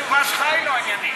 גם התשובה שלך היא לא עניינית.